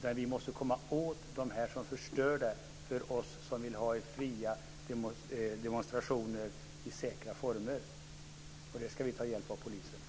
Men vi måste komma åt dem som förstör för oss som vill ha fria demonstrationer i säkra former. För det ska vi ta hjälp av polisen.